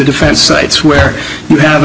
defense sites where you have a